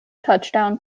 touchdown